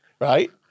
right